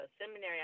seminary